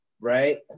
Right